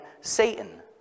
Satan